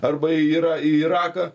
arba yra į iraką